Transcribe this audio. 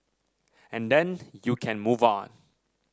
and then you can move on